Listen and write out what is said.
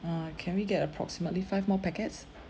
uh can we get approximately five more packets